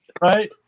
right